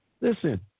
listen